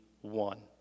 one